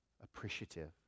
appreciative